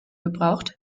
gebraucht